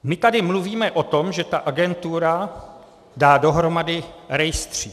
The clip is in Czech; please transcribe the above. My tady mluvíme o tom, že agentura dá dohromady rejstřík.